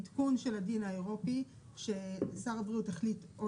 עדכון של הדין האירופי ששר הבריאות החליט או